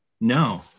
No